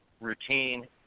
routine